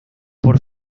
por